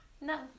No